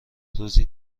روزی